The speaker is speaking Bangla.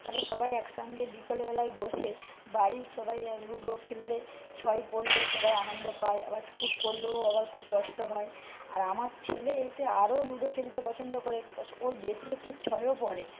তাহলে সবাই একসঙ্গে বিকালবেলায় বসে বাড়ির সবাই লুডো খেললে ছয় পড়লে সবাই আনন্দ পায় আবার পুট পড়লেও আবার খুব কষ্ট হয় আর আমার ছেলে এতে আরও লুডো খেলতে পছন্দ করে ওর বেশি একটু ছয়ও পড়ে